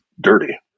dirty